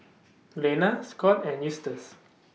Glenna Scot and Eustace